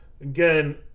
again